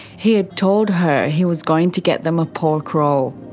he had told her he was going to get them a pork roll.